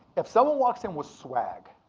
if someone walks in with swag,